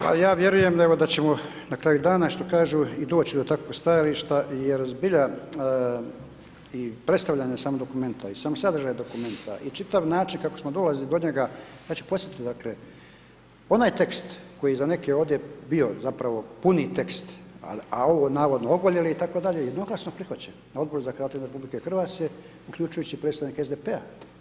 Pa ja vjerujem evo da ćemo na kraju dana što kažu i doći do takvog stajališta jer zbilja i predstavljanje samog dokumenta i sam sadržaj dokumenta i čitav način kako smo dolazili do njega ja ću podsjetiti dakle, onaj tekst koji je za neke ovdje bio zapravo puni tekst a ovo navodno ogoljeli itd. i … [[ne razumije se]] prihvaćen na Odboru za Hrvate izvan Republike Hrvatske uključujući i predstavnike SDP-a.